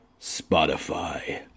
Spotify